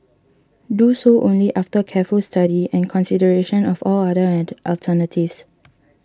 do so only after careful study and consideration of all other alternatives